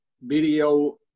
video